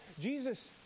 Jesus